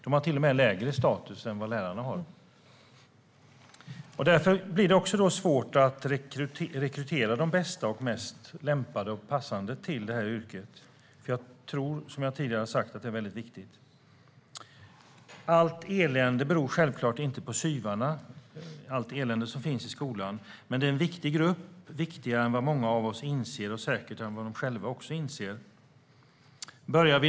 De har till och med lägre status än vad lärarna har. Därför blir det svårt att rekrytera de bästa och mest lämpade och passande till yrket, något som jag tror är väldigt viktigt. Allt elände i skolan beror självklart inte på SYV:arna. Men de är en viktig grupp, viktigare än vad många av oss inser och säkert också än vad de själva inser.